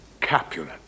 Capulet